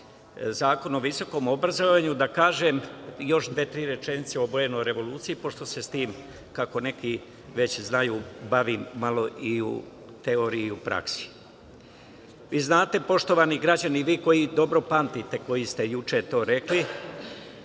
Zakon o visokom obrazovanju da kažem još dve rečenice o obojenoj revoluciji, pošto se s tim kako neki već znaju, bavim malo i u teoriji i u praksi. Vi znate, poštovani građani, vi koji pamtite, koji ste juče to rekli,